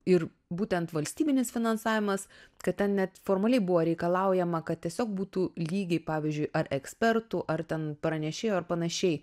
ir būtent valstybinis finansavimas kad ten net formaliai buvo reikalaujama kad tiesiog būtų lygiai pavyzdžiui ar ekspertų ar ten pranešėjų ar panašiai